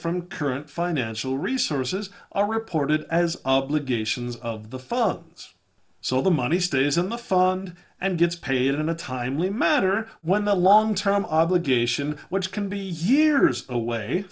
from current financial resources are reported as obligations of the phones so the money stays in the fund and gets paid in a timely matter when the long term obligation which can be years away